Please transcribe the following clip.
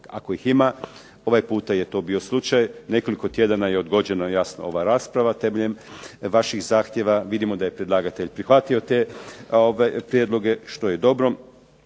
ako ih ima, ovaj puta je to bio slučaj, nekoliko tjedana je odgođeno jasno ova rasprava temeljem vaših zahtjeva, vidimo da je predlagatelj prihvatio te prijedloge što je dobro,